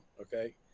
okay